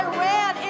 Iran